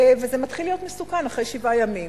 וזה מתחיל להיות מסוכן אחרי שבעה ימים.